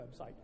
website